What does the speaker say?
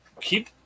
keep